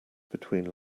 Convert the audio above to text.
between